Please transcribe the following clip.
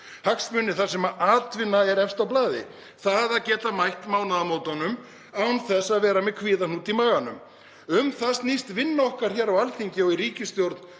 hagsmuni þar sem atvinna er efst á blaði, það að geta mætt mánaðamótunum án þess að vera með kvíðahnút í maganum. Um það snýst vinna okkar á Alþingi og í ríkisstjórn,